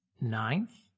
ninth